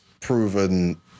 proven